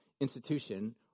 institution